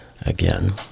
Again